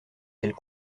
elle